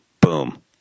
boom